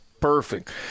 perfect